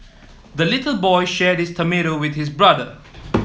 the little boy shared his tomato with his brother